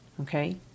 okay